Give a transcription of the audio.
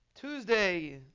Tuesday